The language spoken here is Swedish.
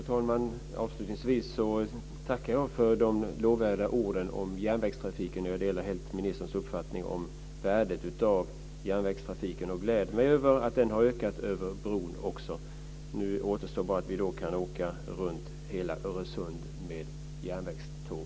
Fru talman! Avslutningsvis tackar jag för de lovvärda orden om järnvägstrafiken. Jag delar helt ministerns uppfattning om värdet av järnvägstrafiken. Jag gläder mig åt att järnvägstrafiken över bron har ökat. Nu återstår bara att vi kan åka runt hela Öresund med tåg.